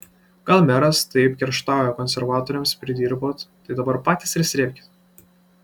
gal meras taip kerštauja konservatoriams pridirbot tai dabar patys ir srėbkit